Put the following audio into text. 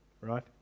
Right